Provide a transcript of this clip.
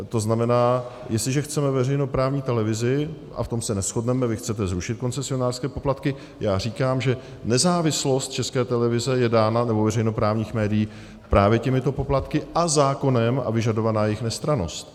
To znamená, jestliže chceme veřejnoprávní televizi a v tom se neshodneme, vy chcete zrušit koncesionářské poplatky, já říkám, že nezávislost České televize, nebo veřejnoprávních medií, je dána právě těmito poplatky a zákonem a je vyžadována jejich nestrannost.